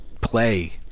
play